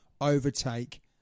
overtake